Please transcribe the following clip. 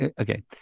Okay